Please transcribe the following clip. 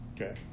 okay